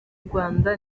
rwanda